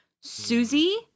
Susie